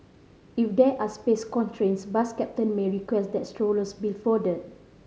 if there are space constraints bus captain may request that strollers be folded